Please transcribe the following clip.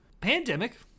pandemic